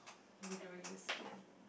we doing this again